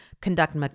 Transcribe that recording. conduct